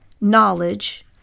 knowledge